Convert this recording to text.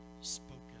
spoken